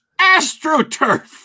astroturf